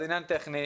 זה עניין טכני,